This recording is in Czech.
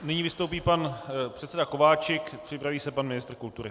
Nyní vystoupí pan předseda Kováčik, připraví se pan ministr kultury.